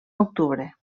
octubre